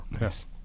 Yes